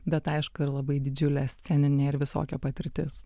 bet aišku ir labai didžiulė sceninė ir visokia patirtis